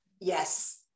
Yes